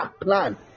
plan